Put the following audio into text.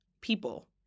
people